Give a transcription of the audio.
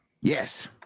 Yes